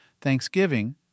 Thanksgiving